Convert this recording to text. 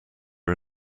are